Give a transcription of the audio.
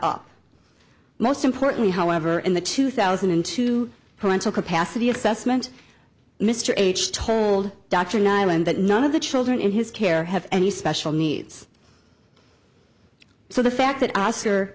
up most importantly however in the two thousand and two parental capacity assessment mr h told dr niland that none of the children in his care have any special needs so the fact that os